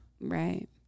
Right